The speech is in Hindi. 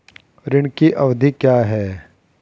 ऋण की अवधि क्या है?